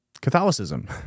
Catholicism